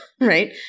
right